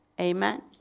amen